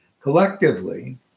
Collectively